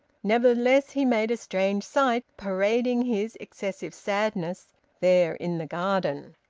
nevertheless he made a strange sight, parading his excessive sadness there in the garden.